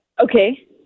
Okay